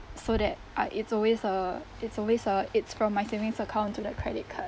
so that ah it's always uh it's always uh it's from my savings account to that credit card